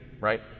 right